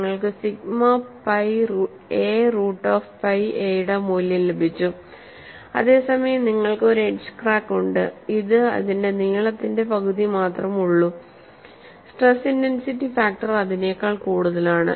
നിങ്ങൾക്ക് sigma pi a root of pi a യുടെ മൂല്യം ലഭിച്ചു അതേസമയം നിങ്ങൾക്ക് ഒരു എഡ്ജ് ക്രാക്ക് ഉണ്ട് അത് ഇതിന്റെ നീളത്തിന്റെ പകുതി മാത്രം ഉള്ളു സ്ട്രെസ് ഇന്റെൻസിറ്റി ഫാക്ടർ അതിനേക്കാൾ കൂടുതലാണ്